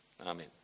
Amen